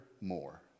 more